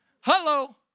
Hello